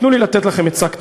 תנו לי לתת לכם עצה קטנה: